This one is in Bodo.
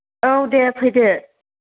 औ दे फैदो